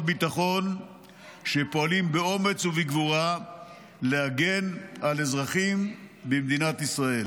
ביטחון שפועלים באומץ ובגבורה להגן על אזרחים במדינת ישראל.